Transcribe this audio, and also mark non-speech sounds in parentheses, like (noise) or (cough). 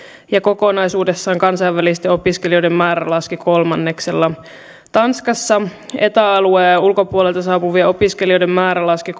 ja kokonaisuudessaan kansainvälisten opiskelijoiden määrä laski kolmanneksella tanskassa eta alueen ulkopuolelta saapuvien opiskelijoiden määrä laski (unintelligible)